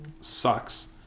sucks